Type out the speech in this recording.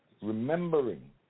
remembering